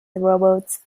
robots